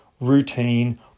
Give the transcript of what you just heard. routine